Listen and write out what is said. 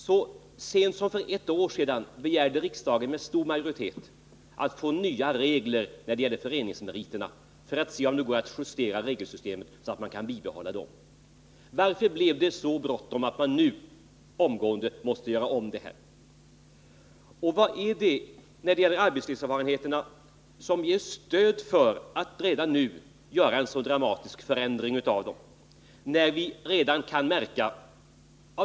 Så sent som för ett år sedan begärde riksdagen med stor majoritet att få nya regler när det gäller föreningsmeriterna för att se om det går att justera regelsystemet så att de kan behållas. Varför blev det så bråttom, att man nu omgående måste göra om detta? Vad är det när det gäller arbetslivserfarenheterna som ger stöd åt uppfattningen att denna dramatiska förändring måste göras redan nu?